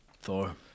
Thor